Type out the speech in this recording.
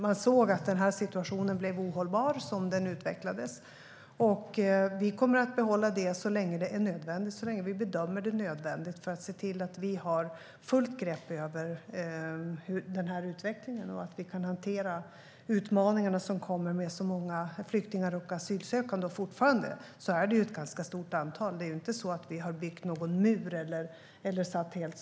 Man ser att situationen som den utvecklades blev ohållbar. Vi kommer att behålla detta så länge vi bedömer det nödvändigt för vi ska ha fullt grepp om utvecklingen och kunna hantera de utmaningar som kommer med så många flyktingar och asylsökande. Det är fortfarande ett ganska stort antal; det är inte så att vi har byggt någon mur eller helt sagt stopp.